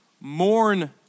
Mourn